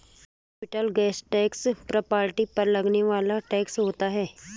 capital gain tax property पर लगने वाला टैक्स होता है